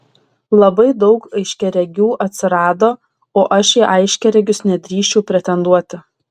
labai daug aiškiaregių atsirado o aš į aiškiaregius nedrįsčiau pretenduoti